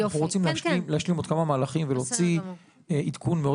יש לנו עוד כמה מהלכים ונוציא עדכון מאוד